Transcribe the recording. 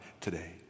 today